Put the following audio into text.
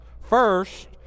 first